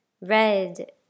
Red